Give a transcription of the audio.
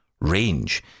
range